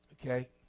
Okay